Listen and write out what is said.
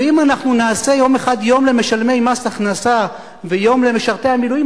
ואם אנחנו נעשה יום אחד יום למשלמי מס הכנסה ויום למשרתי המילואים,